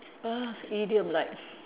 uh idiom like